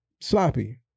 sloppy